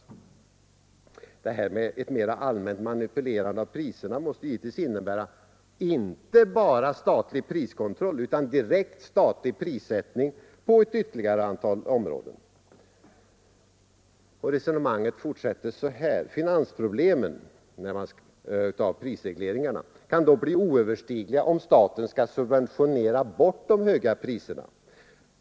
Det här uttrycket ”ett mera allmänt manipulerande av priserna” måste givetvis innebära inte bara statlig priskontroll utan direkt statlig prissättning på ett ytterligare antal områden. Resonemanget fortsättes så här: ”Finansieringsproblemen” — av prisregleringarna — ”kan dock bli oöverstigliga om staten skall subventionera bort de höga priserna.